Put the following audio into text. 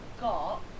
got